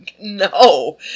No